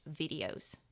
videos